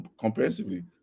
comprehensively